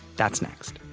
that's next